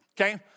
okay